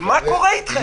מה קורה אתכם?